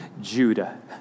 Judah